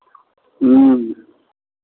ह्म्म